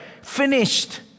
finished